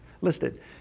listed